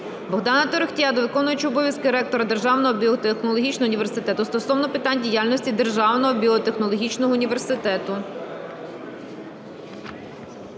Богдана Торохтія до виконуючого обов'язки ректора Державного біотехнологічного університету стосовно питань діяльності Державного біотехнологічного університету.